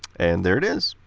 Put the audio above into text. and there it is.